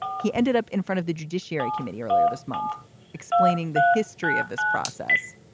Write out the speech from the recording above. he ended up in front of the judiciary committee earlier this month explaining the history of this process.